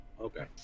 Okay